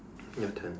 your turn